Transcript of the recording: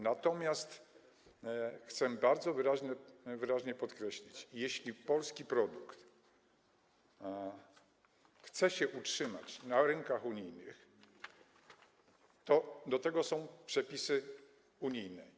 Natomiast chcę bardzo wyraźnie podkreślić: jeśli polski produkt chce się utrzymać na rynkach unijnych, to do tego są przepisy unijne.